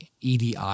EDI